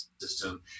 system